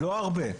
לא מדובר בהרבה,